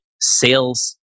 sales